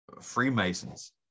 freemasons